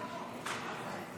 הסתייגות